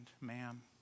ma'am